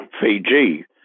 Fiji